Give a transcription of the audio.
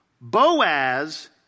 Boaz